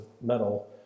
metal